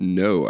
no